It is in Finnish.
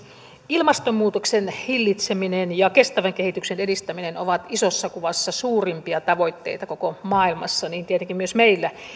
ilmastonmuutoksen hillitseminen ja kestävän kehityksen edistäminen ovat isossa kuvassa suurimpia tavoitteita koko maailmassa niin tietenkin myös meillä